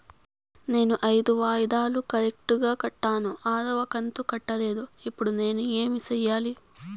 నేను ఐదు వాయిదాలు కరెక్టు గా కట్టాను, ఆరవ కంతు కట్టలేదు, ఇప్పుడు నేను ఏమి సెయ్యాలి?